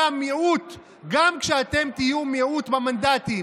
המיעוט גם כשאתם תהיו מיעוט במנדטים.